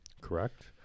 correct